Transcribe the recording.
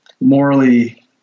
morally